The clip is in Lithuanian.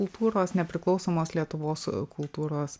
kultūros nepriklausomos lietuvos kultūros